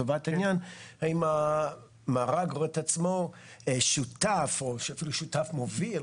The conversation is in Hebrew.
האם המארג רואה את עצמו שותף או אפילו שותף מוביל